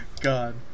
God